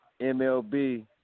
MLB